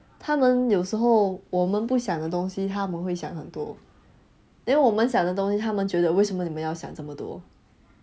他们有时候我们不想的东西他们会想很多 then 我们想的东西他们觉得为什么你们要想这么多